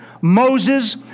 Moses